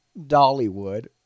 Dollywood